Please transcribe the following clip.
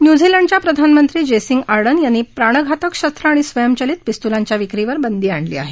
न्यूझीलंडच्या प्रधानमंत्री Jacinda Ardern यांनी प्राणघातक शस्त्र आणि स्वयंचलित पिस्तुलांच्या विक्रीवर बंदी आणली आहे